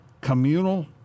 communal